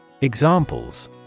Examples